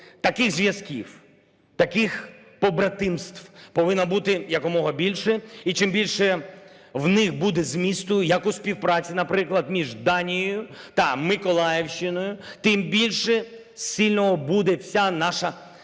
Таких зв'язків, таких побратимств повинно бути якомога більше. І чим більше в них буде змісту, як у співпраці, наприклад, між Данією та Миколаївщиною, тим більше сильною буде вся наша, наша вся